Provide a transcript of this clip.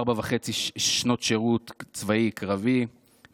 ארבע וחצי שנות שירות צבאי קרבי,